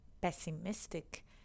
pessimistic